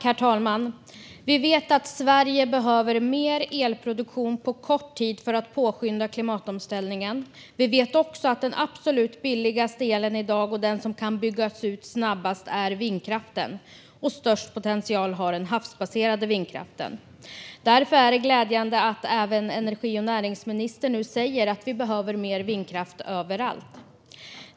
Herr talman! Vi vet att Sverige behöver mer elproduktion på kort tid för att påskynda klimatomställningen. Vi vet också att den absolut billigaste elen i dag - och den som kan byggas ut snabbast - kommer från vindkraften. Störst potential har den havsbaserade vindkraften. Därför är det glädjande att även energi och näringsministern nu säger att vi behöver mer vindkraft överallt.